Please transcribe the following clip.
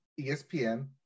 ESPN